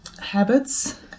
habits